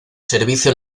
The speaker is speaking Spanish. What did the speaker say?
servicio